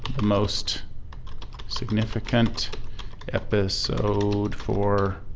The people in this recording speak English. the most significant episode for